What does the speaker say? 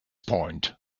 point